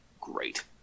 Great